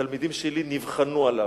תלמידים שלי נבחנו עליו,